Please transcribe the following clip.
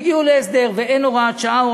הגיעו להסדר, ואין הוראת שעה.